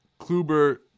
Kluber